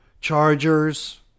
Chargers